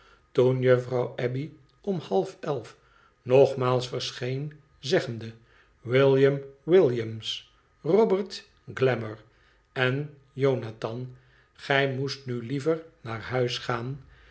toen juffrouw abbey om half elf nogmaals verscheen zeggende william williams robert glamour en jonathan gij moest nu liever naar huis gaan